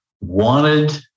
wanted